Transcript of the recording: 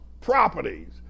properties